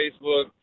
Facebook